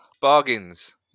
Bargains